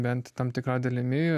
bent tam tikra dalimi